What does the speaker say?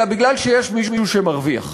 אלא כי יש מישהו שמרוויח,